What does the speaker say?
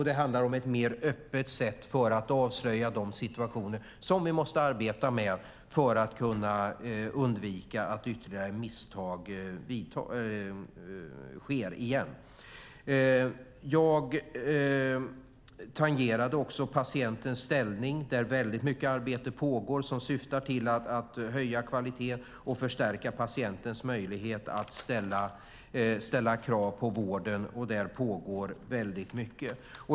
Det handlar om ett mer öppet sätt för att avslöja de situationer som vi måste arbeta med för att kunna undvika att ytterligare misstag sker. Jag tangerade också patientens ställning, där väldigt mycket arbete pågår som syftar till att höja kvaliteten och förstärka patientens möjlighet att ställa krav på vården. Där pågår väldigt mycket.